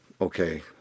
okay